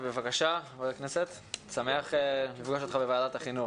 אני שמח לפגוש אותך בוועדת החינוך.